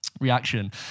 reaction